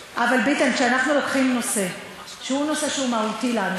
כשאנחנו לוקחים נושא שהוא נושא מהותי לנו,